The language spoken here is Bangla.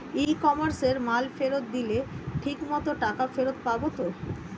ই কমার্সে মাল ফেরত দিলে ঠিক মতো টাকা ফেরত পাব তো?